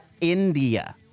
India